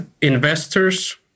investors